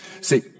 See